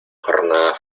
jornada